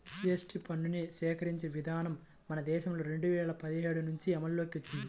GST పన్నుని సేకరించే విధానం మన దేశంలో రెండు వేల పదిహేడు నుంచి అమల్లోకి వచ్చింది